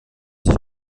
sich